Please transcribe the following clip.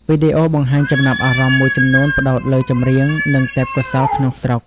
វីដេអូបង្ហាញចំណាប់អារម្មណ៍មួយចំនួនផ្ដោតលើចម្រៀង និងទេពកោសល្យក្នុងស្រុក។